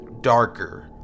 darker